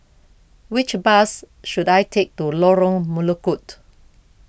which bus should I take to Lorong Melukut